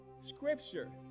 Scripture